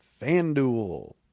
FanDuel